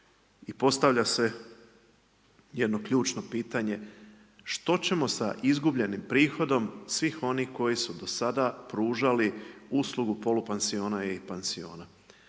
i postavlja se jedno ključno pitanje što ćemo sa izgubljenim prihodom svih onih koji su do sada pružali uslugu polupansiona i pansiona.